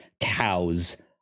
cows